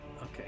okay